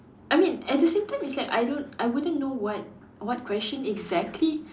I mean at the same time is like I don't I wouldn't know what what question exactly